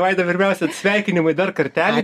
vaida pirmiausia sveikinimai dar kartelį